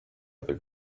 other